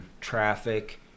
traffic